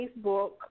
Facebook